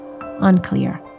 Unclear